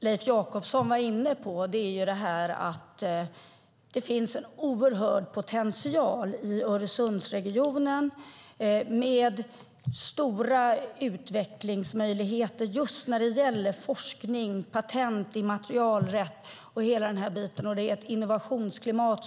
Leif Jakobsson var lite grann inne på att det finns en oerhört stor potential i Öresundsregionen med stora utvecklingsmöjligheter just när det gäller forskning, patent, immaterialrätt och så vidare, och det är ett oerhört bra innovationsklimat.